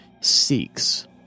seeks